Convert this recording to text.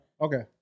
Okay